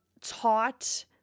taught